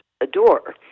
adore